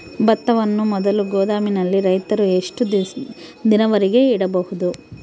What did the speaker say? ಭತ್ತವನ್ನು ಮೊದಲು ಗೋದಾಮಿನಲ್ಲಿ ರೈತರು ಎಷ್ಟು ದಿನದವರೆಗೆ ಇಡಬಹುದು?